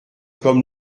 comme